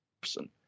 person